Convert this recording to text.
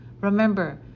Remember